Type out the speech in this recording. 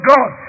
God